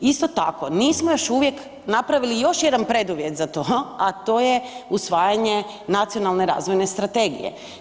Isto tako, nismo još uvijek napravili još jedan preduvjet za to, a to usvajanje Nacionalne razvojne strategije.